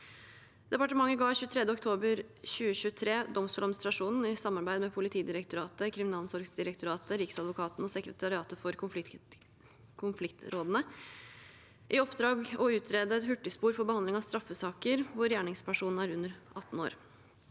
Departementet ga 23. oktober 2023 Domstoladministrasjonen, i samarbeid med Politidirektoratet, Krimi nalomsorgsdirektoratet, Riksadvokaten og Sekretariatet for konfliktrådene, i oppdrag å utrede et hurtigspor for behandling av straffesaker hvor gjerningspersonen er under 18 år.